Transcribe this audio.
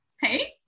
hey